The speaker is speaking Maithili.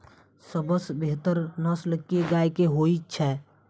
सबसँ बेहतर नस्ल केँ गाय केँ होइ छै?